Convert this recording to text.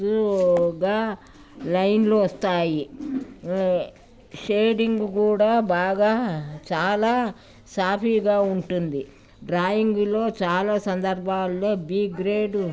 సులువుగా లైన్లు వస్తాయి షేడింగ్ కూడా బాగా చాలా సాఫీగా ఉంటుంది డ్రాయింగ్లో చాలా సందర్భాల్లో బి గ్రేడ్